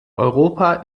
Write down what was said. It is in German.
europa